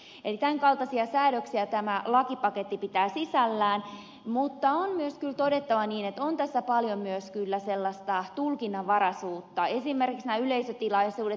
eli tämän kaltaisia säädöksiä tämä lakipaketti pitää sisällään mutta on myös kyllä todettava että on tässä paljon myös kyllä sellaista tulkinnanvaraisuutta esimerkiksi nämä yleisötilaisuudet ja festarit